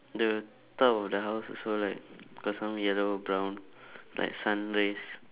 the top of the house also like got some yellow brown like sun rays